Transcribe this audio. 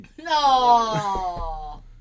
No